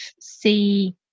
see